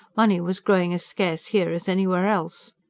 money was growing as scarce here as anywhere else.